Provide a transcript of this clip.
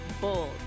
bold